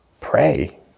pray